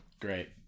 Great